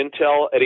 intel